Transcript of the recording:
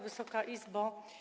Wysoka Izbo!